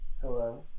Hello